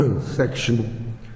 section